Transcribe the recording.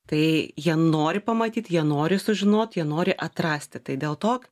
tai jie nori pamatyt jie nori sužinot jie nori atrasti tai dėl to